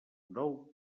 del